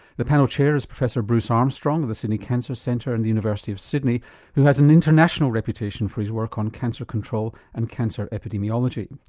the panel chair is professor bruce armstrong of the sydney cancer centre and the university of sydney who has an international reputation for his work on cancer control and cancer epidemiology.